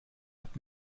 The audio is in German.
hat